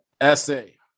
Essay